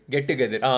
Get-together